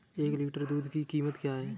एक लीटर दूध की कीमत क्या है?